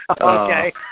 Okay